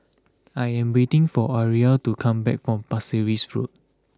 I am waiting for Aria to come back from Pasir Ris Road